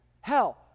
hell